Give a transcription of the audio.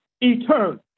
eternal